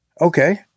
okay